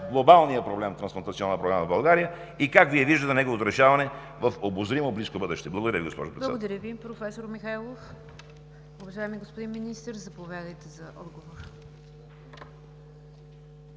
глобалния проблем в Трансплантационната програма в България. Как виждате Вие неговото решаване в обозримо близко бъдеще? Благодаря Ви, госпожо Председател.